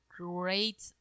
great